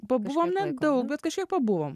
pabuvom nedaug bet kažkiek pabuvom